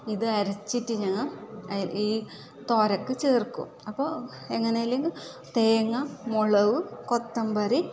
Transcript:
ഇത് അരച്ചിട്ട് ഞങ്ങൾ ഈ തോരക്ക് ചേർക്കും അപ്പം എങ്ങനേലും തേങ്ങാ മുളക് കൊത്തമ്പരി ഇത് അരച്ചിട്ട് നമ്മൾ തോരക്ക് ചേർക്കും കുറച്ച്